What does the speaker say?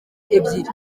ebyiri